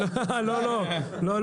לא, לא.